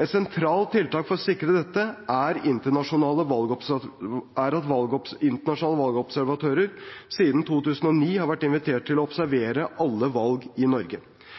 Et sentralt tiltak for å sikre dette er at internasjonale valgobservatører siden 2009 har vært invitert til å observere alle valg i Norge.